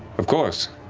of course,